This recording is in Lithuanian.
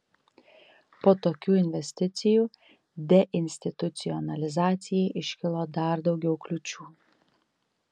po tokių investicijų deinstitucionalizacijai iškilo dar daugiau kliūčių